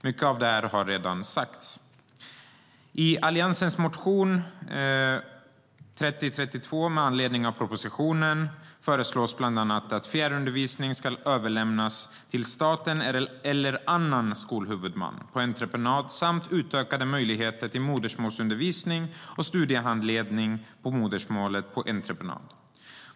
Mycket av detta har redan sagts.< 15:3032, som väckts med anledning av propositionen, föreslås bland annat överlämnande av fjärrundervisning till staten eller annan skolhuvudman på entreprenad samt utökade möjligheter till modersmålsundervisning och studiehandledning på modersmålet på entreprenad.